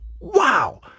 Wow